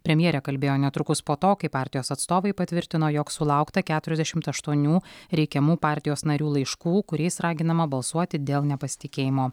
premjerė kalbėjo netrukus po to kai partijos atstovai patvirtino jog sulaukta keturiasdešimt aštuonių reikiamų partijos narių laiškų kuriais raginama balsuoti dėl nepasitikėjimo